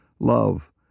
love